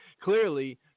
Clearly